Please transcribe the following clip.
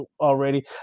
already